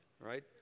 Right